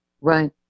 right